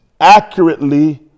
accurately